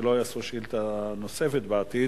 שלא יגישו שאילתא נוספת בעתיד.